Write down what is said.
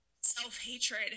self-hatred